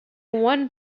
one